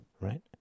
right